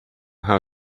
how